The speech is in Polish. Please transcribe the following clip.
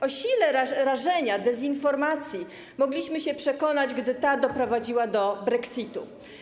O sile rażenia dezinformacji mogliśmy się przekonać, gdy ta doprowadziła do brexitu.